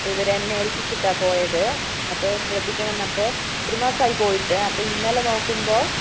അപ്പോൾ ഇവർ എന്നെ എൽപ്പിച്ചിട്ടാണ് പോയത് അപ്പോൾ ശ്രദ്ധിക്കണം എന്ന് അപ്പോൾ ഒരു മാസമായി പോയിട്ട് അപ്പോൾ ഇന്നലെ നോക്കുമ്പോൾ